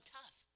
tough